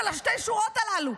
של השתי שורות הללו.